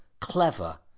clever